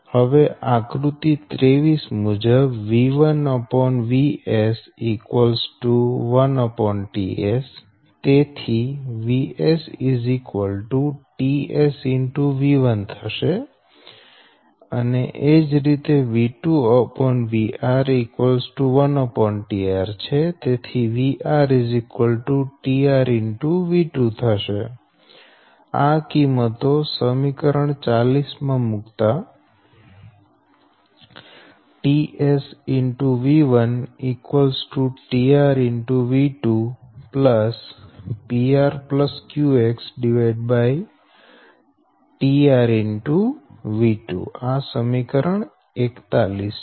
હવે આકૃતિ 23 મુજબ | V1||VS|1tS |VS| tS | V1| અને | V2||VR|1tR |VR| tR | V2| આ કિંમતો સમીકરણ 40 માં મુકતા ts|V1| tR|V2| PR QXtR |V2| આ સમીકરણ 41 છે